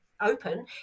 open